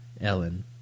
Ellen